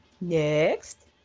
Next